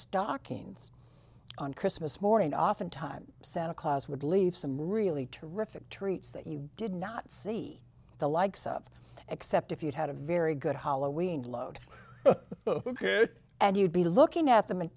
stockings on christmas morning oftentimes santa claus would leave some really terrific treats that you did not see the likes of except if you had a very good hollowing load and you'd be looking at them and